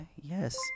yes